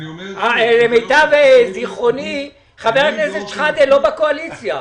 למיטב זיכרוני חבר הכנסת שחאדה הוא לא בקואליציה.